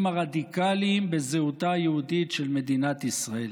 הרדיקליים בזהותה היהודית של מדינת ישראל.